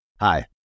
Hi